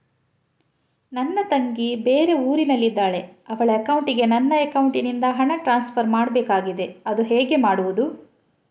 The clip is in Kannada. ನನ್ನ ತಂಗಿ ಬೇರೆ ಊರಿನಲ್ಲಿದಾಳೆ, ಅವಳ ಅಕೌಂಟಿಗೆ ನನ್ನ ಅಕೌಂಟಿನಿಂದ ಹಣ ಟ್ರಾನ್ಸ್ಫರ್ ಮಾಡ್ಬೇಕಾಗಿದೆ, ಅದು ಹೇಗೆ ಮಾಡುವುದು?